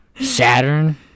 Saturn